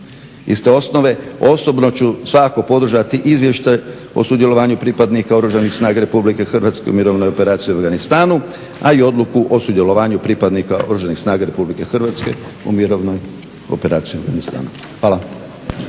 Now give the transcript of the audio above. s te osnove osobno ću svakako podržati Izvještaj o sudjelovanju pripadnika Oružanih snaga Republike Hrvatske u mirovnoj operaciji u Afganistanu, a i odluku o sudjelovanju pripadnika Oružanih snaga Republike Hrvatske u mirovnoj operaciji u Afganistanu. Hvala.